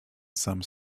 some